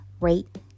rate